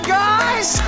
guys